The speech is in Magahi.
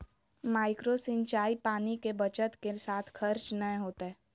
माइक्रो सिंचाई पानी के बचत के साथ खर्च नय होतय